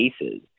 cases